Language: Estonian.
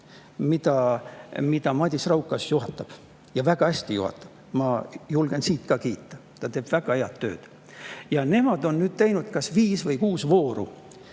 mida Madis Raukas juhatab ja väga hästi juhatab, ma julgen siit ka kiita, ta teeb väga head tööd. Nemad on teinud kas viis või kuus vooru